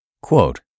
Quote